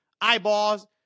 eyeballs